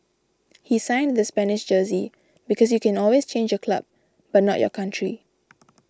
he signed the Spanish jersey because you can always change your club but not your country